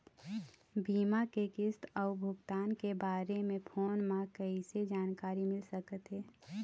बीमा के किस्त अऊ भुगतान के बारे मे फोन म कइसे जानकारी मिल सकत हे?